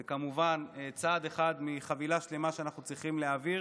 וזה כמובן צעד אחד מחבילה שלמה שאנחנו צריכים להעביר